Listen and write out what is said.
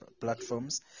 platforms